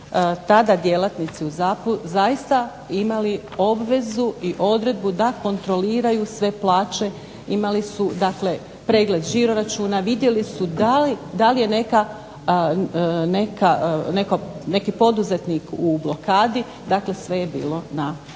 tada djelatnici zaista imali obvezu i odredbu da kontroliraju sve plaće, imali su dakle pregled žiroračuna, vidjeli su da li je neka, neki poduzetnik u blokadi, dakle sve je bilo na jednom